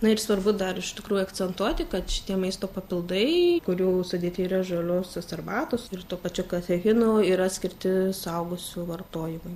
na ir svarbu dar iš tikrųjų akcentuoti kad šitie maisto papildai kurių sudėty yra žaliosios arbatos ir tuo pačiu katechinų yra skirti suaugusių vartojimui